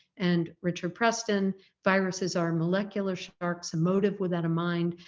and richard preston viruses are molecular sharks, emotive without a mind,